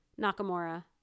nakamura